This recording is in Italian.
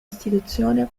istituzione